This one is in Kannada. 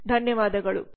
ಧನ್ಯವಾದಗಳು